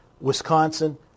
Wisconsin